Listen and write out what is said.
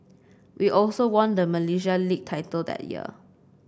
we also won the Malaysia League title that year